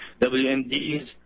WMDs